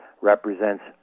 represents